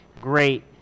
great